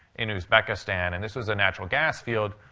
in uzbekistan. and this was a natural gas field.